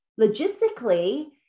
logistically